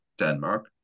Denmark